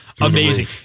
amazing